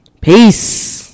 peace